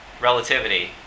relativity